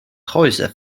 häuser